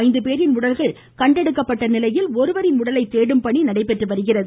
ஐந்துபேரின் உடல்கள் கண்டெடுக்கப்பட்ட நிலையில் ஒருவரின் உடலை தேடும் பணி நடைபெற்று வருகிறது